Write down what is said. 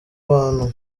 abantu